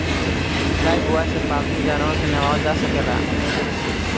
Lifebuoy से पाल्तू जानवर के नेहावल जा सकेला